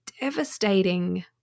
devastating